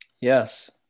Yes